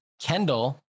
Kendall